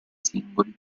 singoli